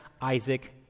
isaac